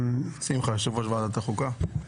שמחה, יו"ר ועדת החוקה,